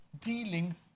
dealing